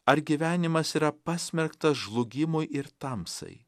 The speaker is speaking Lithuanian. ar gyvenimas yra pasmerktas žlugimui ir tamsai